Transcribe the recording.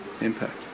impact